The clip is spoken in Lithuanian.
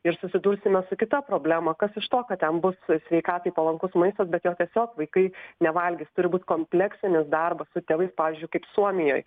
ir susidursime su kita problema kas iš to kad ten bus sveikatai palankus maistas bet jo tiesiog vaikai nevalgys turi būt kompleksinis darbas su tėvais pavyzdžiui kaip suomijoj